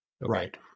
Right